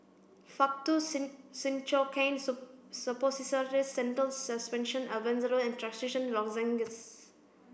Faktu Cinchocaine Suppositories Zental Suspension Albendazole and Trachisan Lozenges